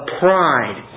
pride